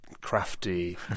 crafty